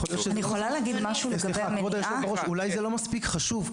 סליחה, כבוד היושב-ראש, אולי זה לא מספיק חשוב.